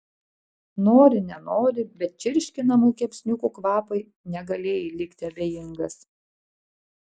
nori nenori bet čirškinamų kepsniukų kvapui negalėjai likti abejingas